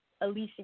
Alicia